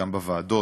גם בוועדות,